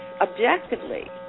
objectively